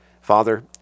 Father